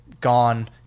gone